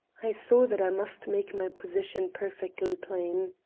i saw that i must make my position perfectly plain.